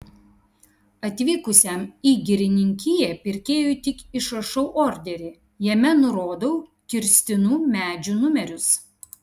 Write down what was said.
atvykusiam į girininkiją pirkėjui tik išrašau orderį jame nurodau kirstinų medžių numerius